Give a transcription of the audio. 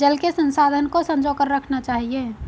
जल के संसाधन को संजो कर रखना चाहिए